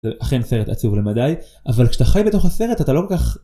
זה אכן סרט עצוב למדי, אבל כשאתה חי בתוך הסרט אתה לא כל כך...